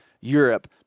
Europe